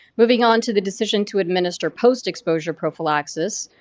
moving on to the decision to administer post-exposure prophylaxis,